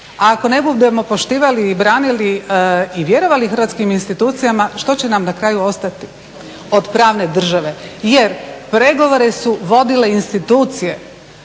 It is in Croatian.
ako ne budemo poštivali i branili i vjerovali hrvatskim institucijama što će nam na kraju ostati od pravne države. Jer, pregovore su vodile institucije.